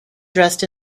dressed